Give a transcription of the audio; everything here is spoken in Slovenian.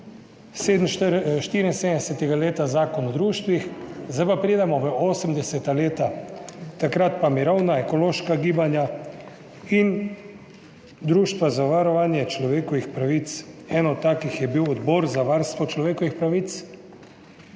74. leta zakon o društvih. Zdaj pa pridemo v 80. leta, takrat pa mirovna, ekološka gibanja in društva za varovanje človekovih pravic. Eno takih je bil Odbor za varstvo človekovih pravic,